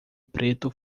preto